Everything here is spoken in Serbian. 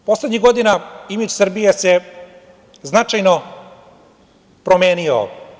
Poslednjih godina imidž Srbije se značajno promenio.